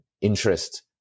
interest